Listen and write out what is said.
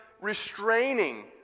restraining